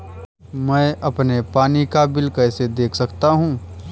मैं अपना पानी का बिल कैसे देख सकता हूँ?